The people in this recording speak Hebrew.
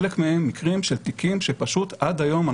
חלק מהם מקרים של תיקים שפשוט עד היום אני